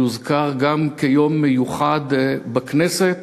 יוזכר גם כיום מיוחד בכנסת,